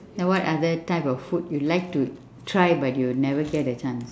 then what other type of food you'll like to try but you never get the chance